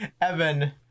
Evan